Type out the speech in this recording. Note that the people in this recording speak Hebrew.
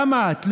גם את,